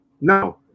No